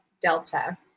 delta